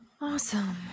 Awesome